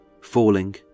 falling